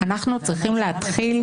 דיברתי איתך,